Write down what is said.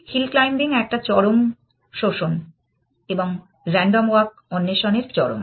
hill climbing একটা চরম শোষণ এবং রান্ডম ওয়াক অন্বেষণের চরম